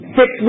six